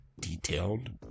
detailed